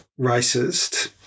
racist